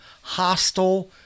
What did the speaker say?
hostile